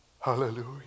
Hallelujah